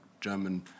German